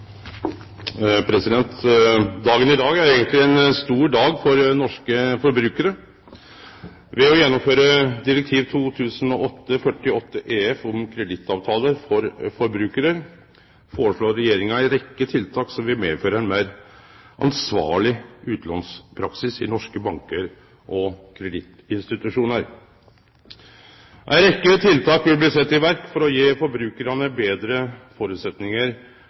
eigentleg ein stor dag for norske forbrukarar. Ved å gjennomføre direktiv 2008/48/EF om kredittavtaler for forbrukarar foreslår Regjeringa ei rekkje tiltak som vil medføre ein meir ansvarleg utlånspraksis i norske bankar og kredittinstitusjonar. Ei rekkje tiltak vil bli sette i verk for å gje forbrukarane betre